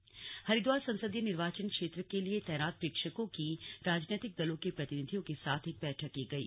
slug बैठक हरिद्वार संसदीय निर्वाचन क्षेत्र के लिए तैनात प्रेक्षकों की राजनैतिक दलों के प्रतिनिधियों के साथ बैठक की गयी